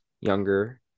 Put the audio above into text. younger